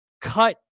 cut